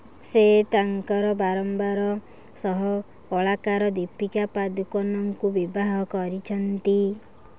ସେ ତାଙ୍କର ବାରମ୍ବାର ସହ କଳାକାର ଦୀପିକା ପାଦୁକୋନଙ୍କୁ ବିବାହ କରିଛନ୍ତି